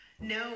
no